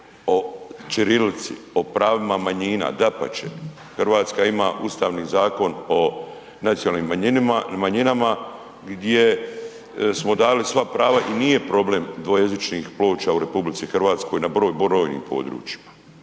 o ćirilici, o pravima manjina, dapače RH ima Ustavni zakon o nacionalnim manjinama gdje smo dali sva prava i nije problem dvojezičnih ploča u RH na brojnim područjima.